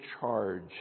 charge